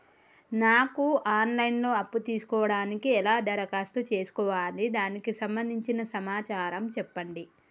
నాకు online లో అప్పు తీసుకోవడానికి ఎలా దరఖాస్తు చేసుకోవాలి దానికి సంబంధించిన సమాచారం చెప్పండి?